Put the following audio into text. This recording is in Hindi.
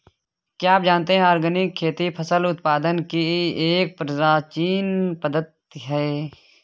क्या आप जानते है ऑर्गेनिक खेती फसल उत्पादन की एक प्राचीन पद्धति है?